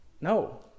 No